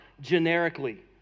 generically